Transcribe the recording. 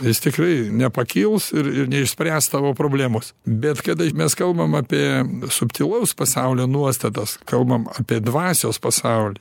jis tikrai nepakils ir ir neišspręs tavo problemos bet kada mes kalbam apie subtilaus pasaulio nuostatas kalbam apie dvasios pasaulį